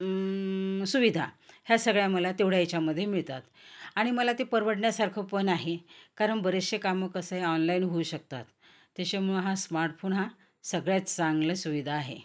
सुविधा ह्या सगळ्या मला तेवढ्या याच्यामध्ये मिळतात आणि मला ते परवडण्यासारखंपण आहे कारण बरेचसे कामं कसं आहे ऑनलाईन होऊ शकतात त्याच्यामुळं हा स्मार्टफोन हा सगळ्यात चांगल्या सुविधा आहे